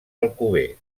alcover